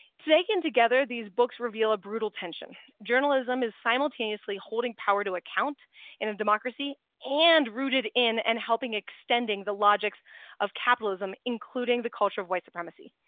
taken together, these books reveal a brutal tension. journalism is simultaneously holding power to account in a democracy and rooted in and helping extending the logics of capitalism, including the culture of white supremacy.